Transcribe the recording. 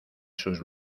sus